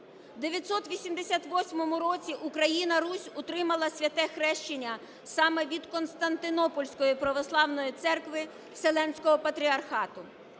У 988 році Україна-Русь отримала Святе Хрещення саме від Константинопольської православної церкви Вселенського Патріархату.